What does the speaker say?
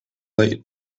late